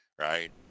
right